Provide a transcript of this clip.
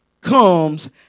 comes